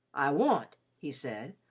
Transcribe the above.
i want, he said,